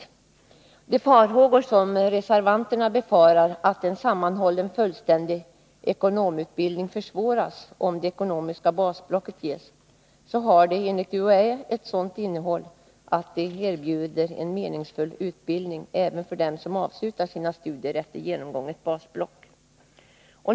När det gäller de farhågor som reservanterna har för att en sammanhållen fullständig ekonomutbildning försvåras om det ekonomiska basblocket ges, har det enligt UHÄ ett sådant innehåll att det erbjuder en meningsfull utbildning även för den som avslutar sina studier efter genomgånget basblock.